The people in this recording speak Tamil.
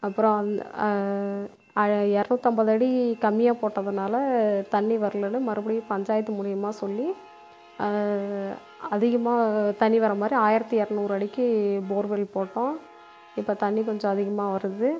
அப்புறம் அல் இரநூத்தம்பது அடி கம்மியாக போட்டதுனால தண்ணி வரலன்னு மறுபடியும் பஞ்சாயத்து மூலியமாக சொல்லி அதிகமாக தண்ணி வர மாதிரி ஆயிரத்து இரநூறு அடிக்கு போர்வெல் போட்டோம் இப்போ தண்ணி கொஞ்சம் அதிகமாக வருது